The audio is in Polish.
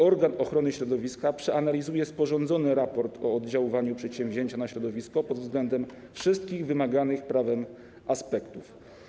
Organ ochrony środowiska przeanalizuje sporządzony raport o oddziaływaniu przedsięwzięcia na środowisko pod względem wszystkich wymaganych prawem aspektów.